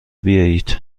بیایید